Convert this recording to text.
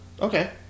Okay